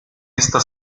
esta